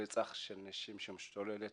לרצח הנשים שמשתולל,